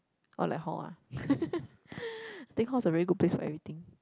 or like hall ah I think hall is a very good place for everything